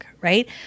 right